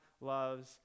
loves